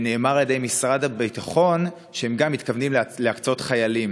נאמר על ידי משרד הביטחון שהם מתכוונים להקצות גם חיילים.